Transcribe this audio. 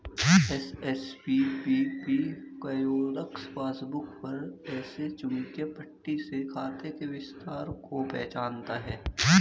SSPBP kiosk passbook पर रखे चुंबकीय पट्टी से खाते के विवरण को पहचानता है